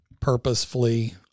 purposefully